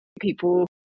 people